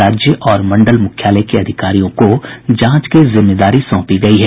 राज्य और मंडल मुख्यालय के अधिकारियों को जांच की जिम्मेवारी सौंपी गयी है